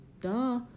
duh